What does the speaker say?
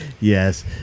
Yes